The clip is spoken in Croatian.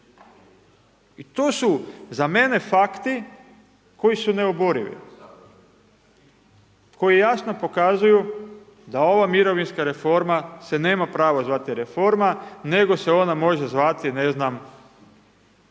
I to su za mene fakti koji su neoborivi. Koji jasno pokazuju da ova mirovinska reforma se nema pravo zvati reforma, nego se ona može zvati, ne znam,